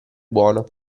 buono